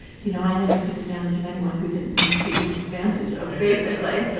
you know, i never took advantage of anyone who didn't need taking advantage of, basically.